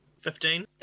Fifteen